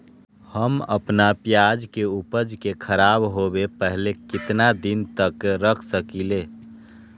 हम अपना प्याज के ऊपज के खराब होबे पहले कितना दिन तक रख सकीं ले?